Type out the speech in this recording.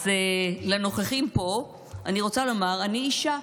אז לנוכחים פה אני רוצה לומר: אני אישה.